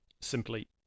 Simply